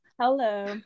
hello